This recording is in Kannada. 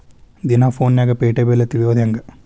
ದಿನಾ ಫೋನ್ಯಾಗ್ ಪೇಟೆ ಬೆಲೆ ತಿಳಿಯೋದ್ ಹೆಂಗ್?